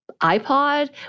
iPod